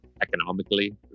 economically